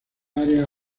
áreas